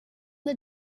the